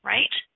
Right